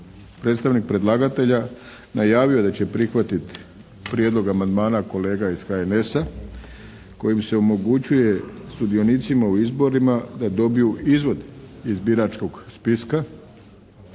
predstavnik predlagatelja najavio da će prihvatiti prijedlog amandmana kolega iz HNS-a kojim se omogućuje sudionicima u izborima da dobiju izvod iz biračkog spiska